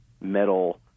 metal